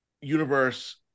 universe